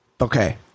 okay